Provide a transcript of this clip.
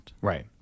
Right